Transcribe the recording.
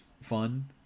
fun